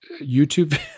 YouTube